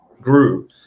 grew